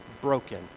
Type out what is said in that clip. broken